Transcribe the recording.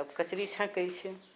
तब कचरी छाँकै छै